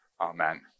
Amen